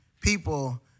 people